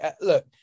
Look